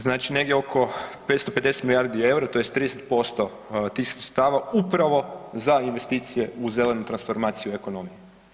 Znači negdje 550 milijardi eura, tj. 30% tih sredstava upravo za investicije u zelenu transformaciju u ekonomiji.